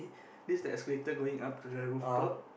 this is escalator going up to the rooftop